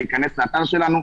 להיכנס לאתר שלנו.